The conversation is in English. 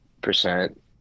percent